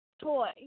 toy